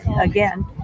again